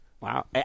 Wow